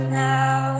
now